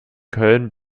köln